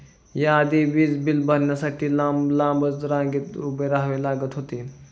या आधी वीज बिल भरण्यासाठी लांबच लांब रांगेत उभे राहावे लागत होते